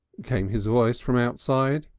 came his voice from outside,